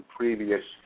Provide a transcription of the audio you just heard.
previous